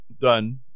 Done